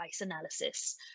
analysis